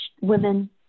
women